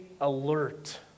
alert